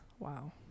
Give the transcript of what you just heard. Wow